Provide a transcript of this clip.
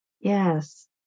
Yes